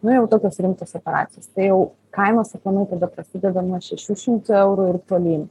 nu jau tokios rimtos operacijos tai jau kainos aplamai tada prasideda nuo šešių šimtų eurų ir tolyn